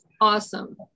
awesome